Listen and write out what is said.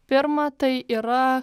pirma tai yra